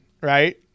right